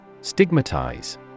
Stigmatize